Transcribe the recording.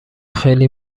خیلی